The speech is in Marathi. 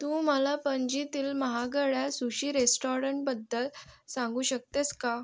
तू मला पणजीतील महागड्या सुशी रेस्टॉरंटबद्दल सांगू शकतेस का